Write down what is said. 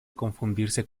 confundirse